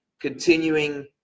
continuing